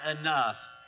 enough